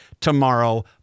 tomorrow